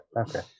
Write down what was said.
Okay